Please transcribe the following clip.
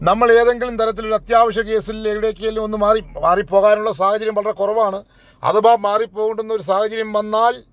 നമ്മൾ ഏതെങ്കിലും തരത്തിൽ ഒരു അത്യാവശ്യ കേസിൽ എവിടെക്കേലും ഒന്ന് മാറി മാറി പോകാനുള്ള സാഹചര്യം വളരെ കുറവാണ് അഥവാ മാറിപ്പോകേണ്ടുന്ന ഒരു സാഹചര്യം വന്നാൽ